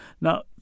Now